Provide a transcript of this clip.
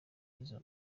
izo